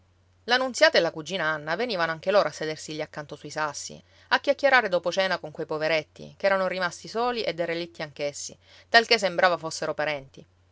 la nunziata e la cugina anna venivano anche loro a sedersi lì accanto sui sassi a chiacchierare dopo cena con quei poveretti che erano rimasti soli e derelitti anch'essi talché sembrava fossero parenti